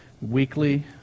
weekly